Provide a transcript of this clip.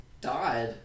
died